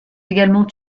également